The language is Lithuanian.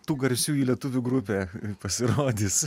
tų garsiųjų lietuvių grupė pasirodys